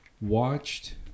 watched